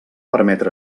permetre